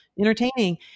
entertaining